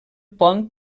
pont